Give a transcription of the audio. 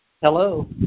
hello